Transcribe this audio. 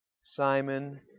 Simon